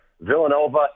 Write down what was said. Villanova